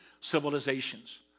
civilizations